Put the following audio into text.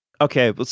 Okay